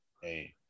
Hey